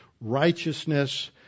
righteousness